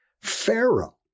Pharaoh